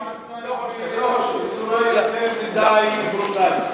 זה היה בצורה יותר מדי ברוטלית,